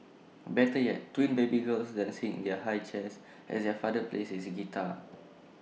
better yet twin baby girls dancing in their high chairs as their father plays his guitar